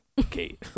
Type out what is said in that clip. okay